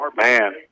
Man